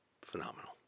phenomenal